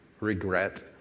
regret